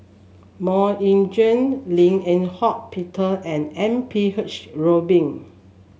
MoK Ying Jang Lim Eng Hock Peter and M P H Rubin